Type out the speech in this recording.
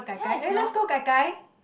sia is not